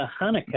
Hanukkah